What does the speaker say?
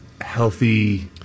healthy